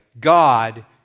God